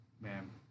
ma'am